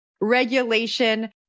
regulation